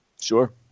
Sure